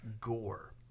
Gore